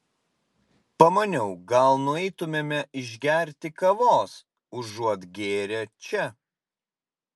pamaniau gal nueitumėme išgerti kavos užuot gėrę čia